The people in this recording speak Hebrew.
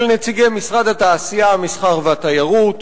של נציגי משרד התעשייה, המסחר והתיירות,